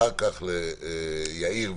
ואחר כך ליאיר ולהילה,